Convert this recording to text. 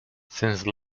since